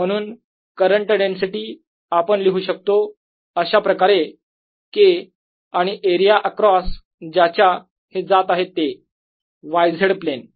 म्हणून current density आपण लिहू शकतो अशाप्रकारे K आणि एरिया अक्रास ज्याच्या हे जात आहे ते आहे Y Z प्लेन